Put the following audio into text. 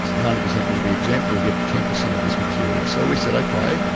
ninety per cent will be exempt, you'll get ten per cent of this material. so we said, ok,